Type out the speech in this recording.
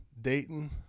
Dayton